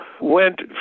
went